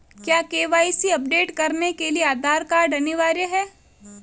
क्या KYC update करने के लिए आधार कार्ड अनिवार्य है?